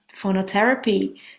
phonotherapy